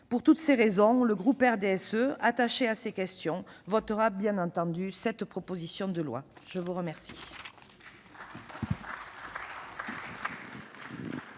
Pour toutes ces raisons, le groupe du RDSE, qui est attaché à ces questions, votera bien entendu cette proposition de loi. La parole